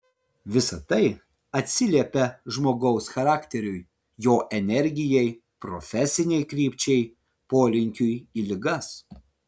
visa tai atsiliepia žmogaus charakteriui jo energijai profesinei krypčiai polinkiui į ligas